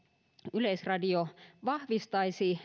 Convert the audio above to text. yleisradio vahvistaisi